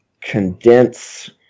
condense